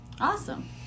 awesome